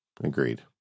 Agreed